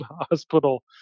hospital